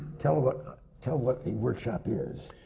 tell what tell what the workshop is,